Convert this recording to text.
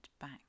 back